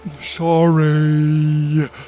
Sorry